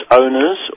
owners